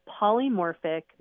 polymorphic